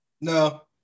No